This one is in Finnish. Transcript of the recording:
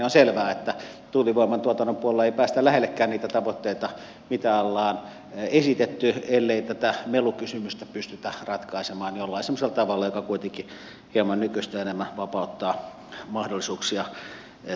on selvää että tuulivoiman tuotannon puolella ei päästä lähellekään niitä tavoitteita mitä ollaan esitetty ellei tätä melukysymystä pystytä ratkaisemaan jollain semmoisella tavalla joka kuitenkin hieman nykyistä enemmän vapauttaa mahdollisuuksia tuulivoimatuotannolle